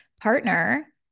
partner